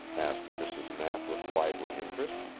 asked mrs. knapp with lively interest.